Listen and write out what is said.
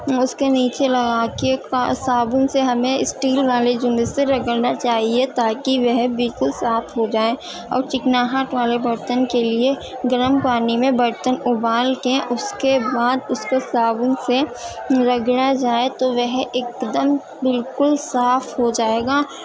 اس کے نیچے لگا کے صابن سے ہمیں اسٹیل والے جونے سے رگڑنا چاہیے تاکہ وہ بالکل صاف ہو جائے اور چکناہٹ والے برتن کے لیے گرم پانی میں برتن ابال کے اس کے بعد اس کو صابن سے رگڑا جائے تو وہ ایک دم بالکل صاف ہو جائے گا